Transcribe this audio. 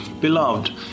beloved